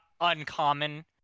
uncommon